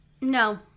No